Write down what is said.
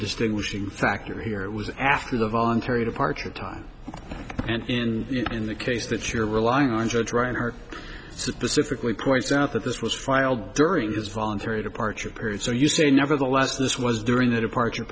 distinguishing factor here it was after the voluntary departure time and in the case that you're relying on judge reinhart so specifically points out that this was filed during his voluntary departure period so you say nevertheless this was during the departure